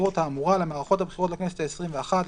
הבחירות האמורה למערכות הבחירות לכנסת העשרים ואחת,